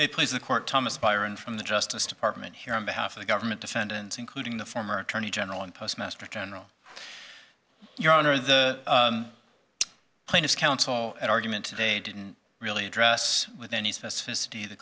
they please the court thomas byron from the justice department here in behalf of the government defendants including the former attorney general and postmaster general your honor the plaintiff's counsel at argument today didn't really address with any